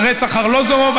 של רצח ארלוזורוב.